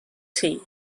tea